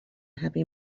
happy